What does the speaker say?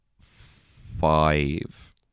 five